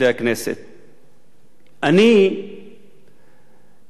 אל מול מה שאמר יצחק שמיר,